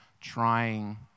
trying